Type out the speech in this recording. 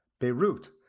Beirut